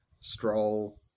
Stroll